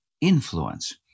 influence